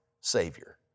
savior